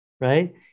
Right